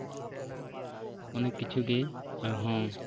ᱚᱱᱮᱠ ᱠᱤᱪᱷᱩ ᱜᱮ ᱟᱨᱦᱚᱸ